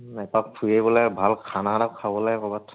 এপাক ফুৰিব আহিব লাগে ভাল খানা এটা খাব লাগে ক'ৰবাত